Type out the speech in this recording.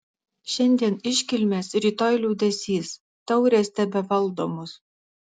šiandien iškilmės rytoj liūdesys taurės tebevaldo mus